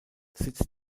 sitz